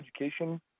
education